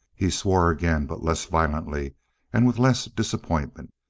he swore again, but less violently and with less disappointment.